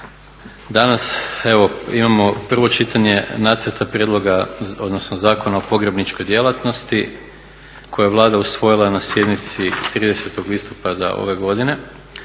Danas evo imamo prvo čitanje nacrta prijedloga, odnosno Zakona o pogrebničkoj djelatnosti kojeg je Vlada usvojila na sjednici 30. listopada ove godine